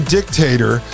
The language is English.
dictator